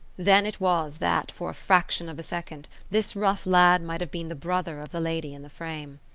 then it was that, for a fraction of a second, this rough lad might have been the brother of the lady in the frame.